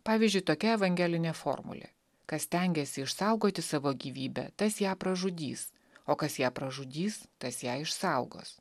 pavyzdžiui tokia evangelinė formulė kas stengiasi išsaugoti savo gyvybę tas ją pražudys o kas ją pražudys tas ją išsaugos